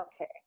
Okay